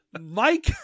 Mike